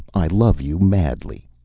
i love you madly!